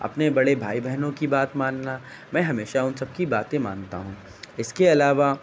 اپنے بڑے بھائی بہنوں کی بات ماننا میں ہمیشہ ان سب کی باتیں مانتا ہوں اس کے علاوہ